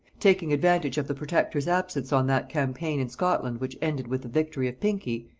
taking advantage of the protector's absence on that campaign in scotland which ended with the victory of pinkey,